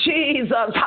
Jesus